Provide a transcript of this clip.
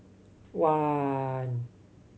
one